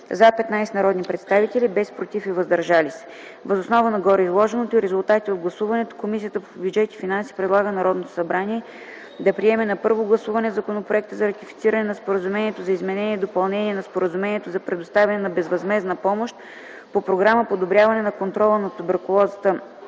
– 15 народни представители, без „против” и „въздържали се”. Въз основа на гореизложеното и резултатите от гласуването, Комисията по бюджет и финанси предлага на Народното събрание да приеме на първо гласуване Законопроекта за ратифициране на Споразумението за изменение и допълнение на Споразумението за предоставяне на безвъзмездна помощ по програма „Подобряване на контрола на туберкулозата